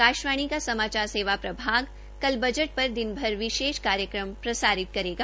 आकाशवाणी के समाचार प्रभाग कल बजट पर दिनभर विशेष कार्यक्रम प्रसारित करेगा